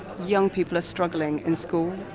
young people are struggling in school,